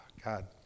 God